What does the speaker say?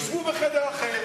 תשבו בחדר אחר,